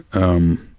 um,